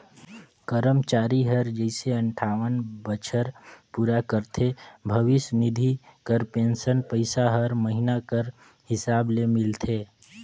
करमचारी हर जइसे अंठावन बछर पूरा करथे भविस निधि कर पेंसन पइसा हर महिना कर हिसाब ले मिलथे